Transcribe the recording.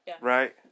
Right